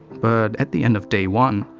but at the end of day one,